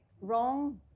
wrong